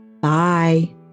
Bye